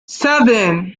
seven